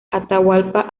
atahualpa